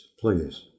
please